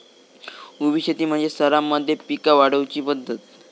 उभी शेती म्हणजे थरांमध्ये पिका वाढवुची पध्दत